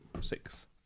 six